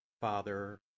Father